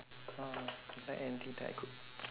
oh you like anything that I cook